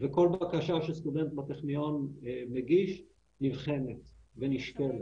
וכל בקשה שסטודנט בטכניון מגיש נבחנת ונשקלת.